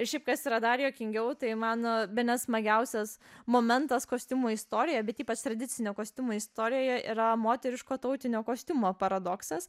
ir šiaip kas yra dar juokingiau tai man bene smagiausias momentas kostiumų istorijoj bet ypač tradicinio kostiumo istorijoje yra moteriško tautinio kostiumo paradoksas